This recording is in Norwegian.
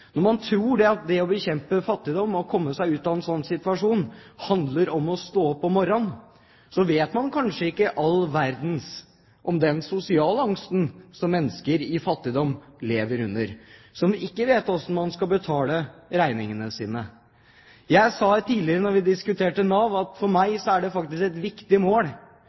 sånn situasjon, handler om å stå opp om «morran», vet man kanskje ikke all verden om den sosiale angsten som mennesker i fattigdom lever med, og som ikke vet hvordan de skal få betalt regningene sine. Jeg sa tidligere, da vi diskuterte Nav, at for meg er det faktisk et viktig mål